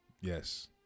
Yes